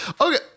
Okay